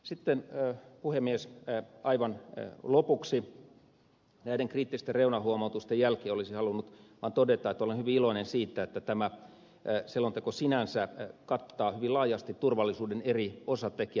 sitten puhemies aivan lopuksi näiden kriittisten reunahuomautusten jälkeen olisin halunnut vaan todeta että olen hyvin iloinen siitä että tämä selonteko sinänsä kattaa hyvin laajasti turvallisuuden eri osatekijät